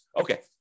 Okay